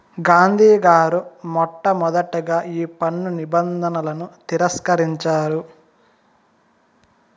గాంధీ గారు మొట్టమొదటగా ఈ పన్ను నిబంధనలను తిరస్కరించారు